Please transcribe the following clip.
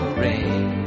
rain